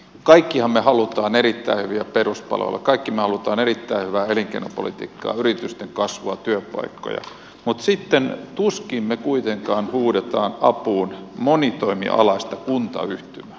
kaikkihan me haluamme erittäin hyviä peruspalveluita kaikki me haluamme erittäin hyvää elinkeinopolitiikkaa yritysten kasvua työpaikkoja mutta tuskin me kuitenkaan huudamme apuun monitoimialaista kuntayhtymää